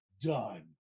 done